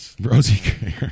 Rosie